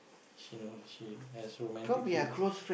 she know she has romantic feelings